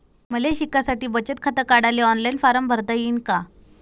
मले शिकासाठी बचत खात काढाले ऑनलाईन फारम भरता येईन का?